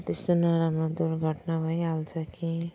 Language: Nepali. त्यस्तो नराम्रो दुर्घटना भइहाल्छ कि